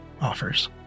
offers